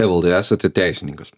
evaldai esate teisininkas